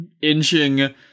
inching